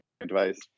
advice